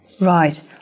Right